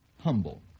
humble